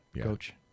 coach